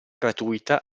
gratuita